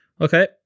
Okay